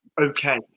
okay